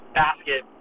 basket